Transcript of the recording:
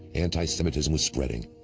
antisemitism was spreading,